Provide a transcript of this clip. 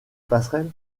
passerelle